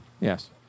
Yes